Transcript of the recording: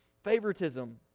Favoritism